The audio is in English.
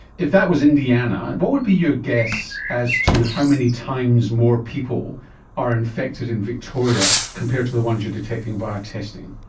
if that was indiana, what would be your guess as to how many times more people are infected in victoria compared to the ones you are detecting via testing?